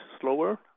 slower